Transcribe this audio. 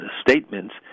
statements